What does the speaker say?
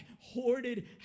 hoarded